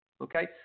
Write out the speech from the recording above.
Okay